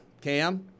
Cam